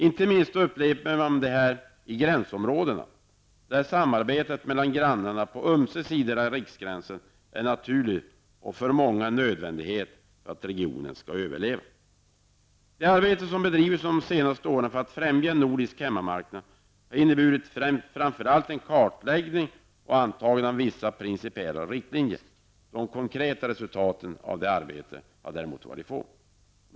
Inte minst upplever man detta i gränsområdena, där samarbetet mellan grannarna på ömse sidor om riksgränsen är naturligt och för många en nödvändighet för att regionen skall överleva. Det arbete som bedrivits de senaste åren för att främja en nordisk hemmamarknad har framför allt inneburit en kartläggning och antaganden av vissa principiella riktlinjer. De konkreta resultaten av detta arbete har däremot varit få.